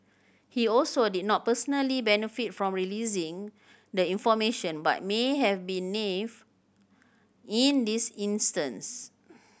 he also did not personally benefit from releasing the information but may have been nave in this instance